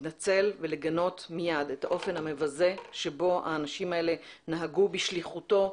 להתנצל ולגנות מיד את האופן המגנה בו האנשים האלה נהגו בשליחותו,